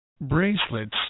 bracelets